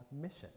mission